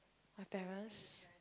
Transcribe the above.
my parents